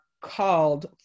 called